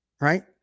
right